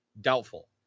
doubtful